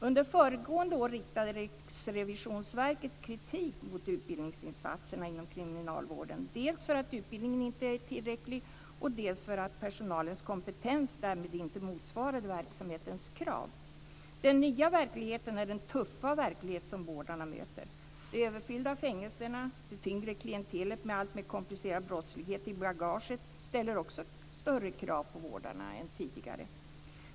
Under föregående år riktade Riksrevisionsverket kritik mot utbildningsinsatserna inom kriminalvården, dels för att utbildningen inte är tillräcklig, dels för att personalens kompetens därmed inte motsvarar verksamhetens krav. Den nya verkligheten är den tuffa verklighet som vårdarna möter. De överfyllda fängelserna och det tyngre klientelet med alltmer komplicerad brottslighet i bagaget ställer också större krav på vårdarna än tidigare.